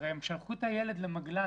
הרי הם שלחו את הילד למגל"ן,